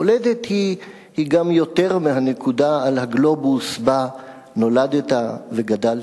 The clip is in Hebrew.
מולדת היא גם יותר מהנקודה על הגלובוס שבה נולדת וגדלת.